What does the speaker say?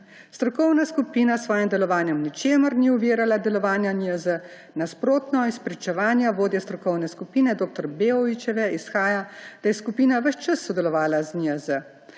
Strokovna skupina s svojim delovanjem v ničemer ni ovirala delovanja NIJZ. Nasprotno, iz pričevanja vodje strokovne skupine dr. Beovićeve izhaja, da je skupina ves čas sodelovala z NIJZ.